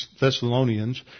Thessalonians